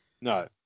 No